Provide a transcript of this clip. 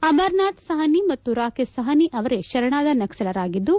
amaranth Sahni ಮತ್ತು ರಾಖೇಶ್ ಸಾಹ್ನಿ ಅವರೇ ಶರಣಾದ ನಕ್ಷಲರಾಗಿದ್ದು